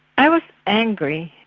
i was angry,